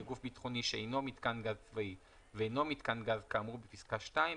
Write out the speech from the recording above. גוף ביטחוני שאינו מיתקן גז צבאי ואינו מיתקן גז כאמור בפסקה (2),